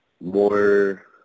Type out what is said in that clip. more